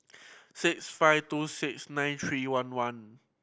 six five two six nine three one one